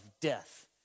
death